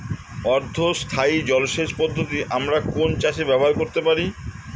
অর্ধ স্থায়ী জলসেচ পদ্ধতি আমরা কোন চাষে ব্যবহার করতে পারি?